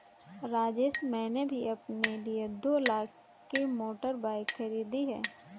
राजेश मैंने भी अपने लिए दो लाख की मोटर बाइक खरीदी है